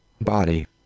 body